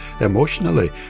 emotionally